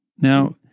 Now